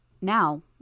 Now